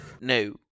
No